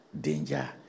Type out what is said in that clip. danger